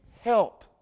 help